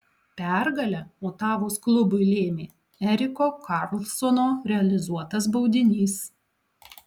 pergalę otavos klubui lėmė eriko karlsono realizuotas baudinys